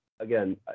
Again